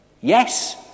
Yes